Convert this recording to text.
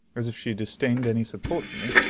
as if she disdained any support from me,